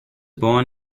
born